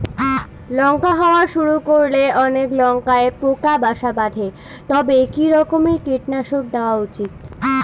লঙ্কা হওয়া শুরু করলে অনেক লঙ্কায় পোকা বাসা বাঁধে তবে কি রকমের কীটনাশক দেওয়া উচিৎ?